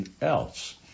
else